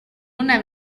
una